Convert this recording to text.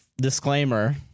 Disclaimer